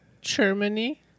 Germany